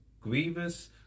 grievous